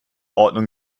ordnung